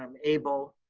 um able,